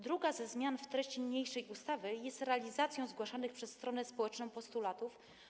Druga ze zmian w treści niniejszej ustawy jest realizacją zgłaszanych przez stronę społeczną postulatów.